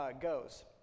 goes